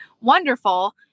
wonderful